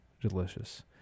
delicious